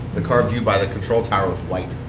the car viewed by the control tower was white.